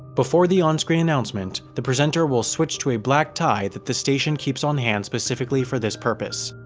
before the on-screen announcement, the presenter will switch to a black tie that the station keeps on-hand specifically for this purpose.